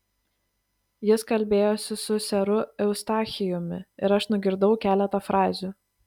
jis kalbėjosi su seru eustachijumi ir aš nugirdau keletą frazių